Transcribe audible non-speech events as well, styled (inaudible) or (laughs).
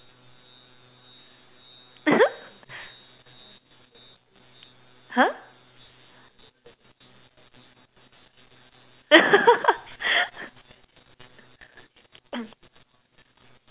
(laughs) !huh! (laughs)